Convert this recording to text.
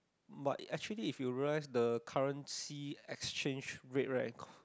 but actually if you realise the currency exchange rate right